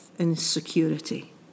Insecurity